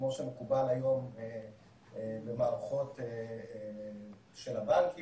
כמו שמקובל היום במערכות של הבנקים.